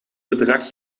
bedrag